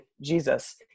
Jesus